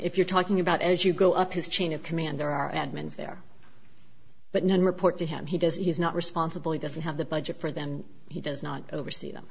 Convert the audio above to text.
if you're talking about as you go up his chain of command there are admins there but no report to him he does he's not responsible he doesn't have the budget for them he does not oversee them